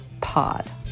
pod